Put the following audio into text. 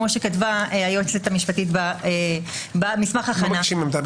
כמו שכתבה היועצת המשפטית במסמך ההכנה,